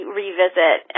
revisit